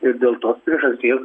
ir dėl tos priežasties